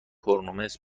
کرونومتر